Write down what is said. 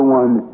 one